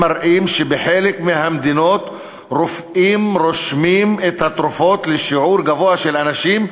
מראים שבחלק מהמדינות רופאים רושמים את התרופות לשיעור גבוה של אנשים,